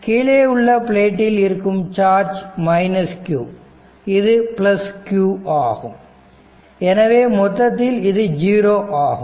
கீழே உள்ள பிளேட்டில் இருக்கும் சார்ஜ் ஆகும் q இது q ஆகும் எனவே மொத்தத்தில் இது 0 ஆகும்